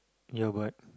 ya but